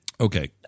Okay